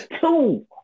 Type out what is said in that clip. two